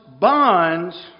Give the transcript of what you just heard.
bonds